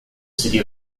city